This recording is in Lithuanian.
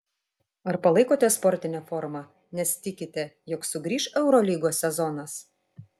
ar palaikote sportinę formą nes tikite jog sugrįš eurolygos sezonas